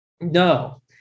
no